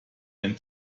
ein